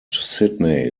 sidney